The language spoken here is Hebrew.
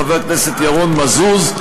חבר הכנסת ירון מזוז,